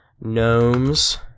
Gnomes